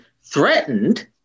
threatened